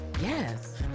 yes